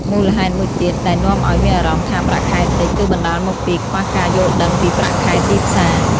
មូលហេតុមួយទៀតដែលនាំឲ្យមានអារម្មណ៍ថាប្រាក់ខែតិច គឺបណ្តាលមកពី ខ្វះការយល់ដឹងពីប្រាក់ខែទីផ្សារ។